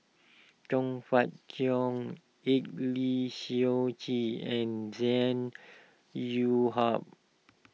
Chong Fah Cheong Eng Lee Seok Chee and Zhang You ha